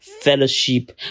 fellowship